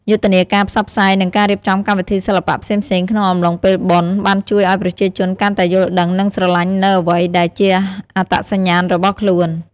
យុទ្ធនាការផ្សព្វផ្សាយ និងការរៀបចំកម្មវិធីសិល្បៈផ្សេងៗក្នុងអំឡុងពេលបុណ្យ បានជួយឲ្យប្រជាជនកាន់តែយល់ដឹង និងស្រឡាញ់នូវអ្វីដែលជាអត្តសញ្ញាណរបស់ខ្លួន។